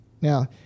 Now